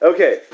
Okay